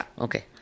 Okay